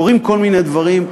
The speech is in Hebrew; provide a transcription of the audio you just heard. קורים כל מיני דברים.